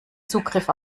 zugriff